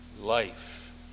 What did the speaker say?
life